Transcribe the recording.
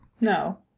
No